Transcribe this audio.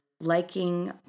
liking